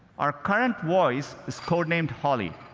our current voice is code-named holly.